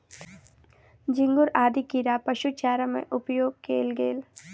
झींगुर आदि कीड़ा पशु चारा में उपयोग कएल गेल